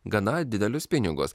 gana didelius pinigus